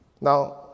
Now